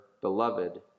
beloved